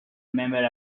remember